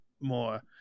more